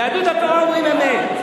ביהדות התורה אומרים אמת.